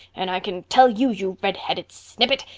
and i can tell you, you redheaded snippet,